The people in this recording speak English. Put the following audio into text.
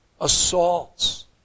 assaults